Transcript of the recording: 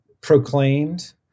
proclaimed